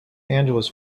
angeles